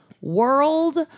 world